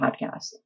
Podcast